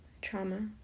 trauma